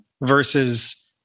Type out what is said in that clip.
versus